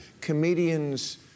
Comedians